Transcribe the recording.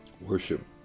worship